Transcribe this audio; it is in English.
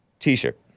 T-shirt